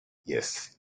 yes